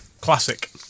Classic